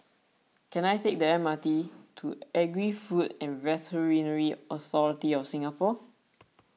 can I take the M R T to Agri Food and Veterinary Authority of Singapore